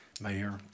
mayor